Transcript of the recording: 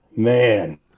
Man